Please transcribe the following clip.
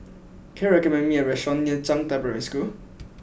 can you recommend me a restaurant near Zhangde Primary School